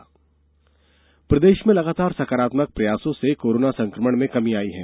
राज्य कोरोना प्रदेश में लगातार सकारात्मक प्रयासों से कोरोना संकमण में कमी आई है